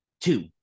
two